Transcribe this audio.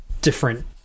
different